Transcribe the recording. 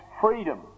freedom